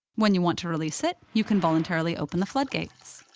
when you want to release it, you can voluntarily open the flood gates.